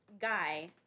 guy